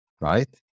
right